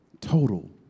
Total